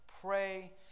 pray